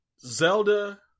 Zelda